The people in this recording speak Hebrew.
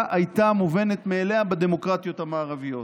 הייתה מובנית מאליה בדמוקרטיות המערביות,